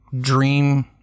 dream